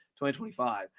2025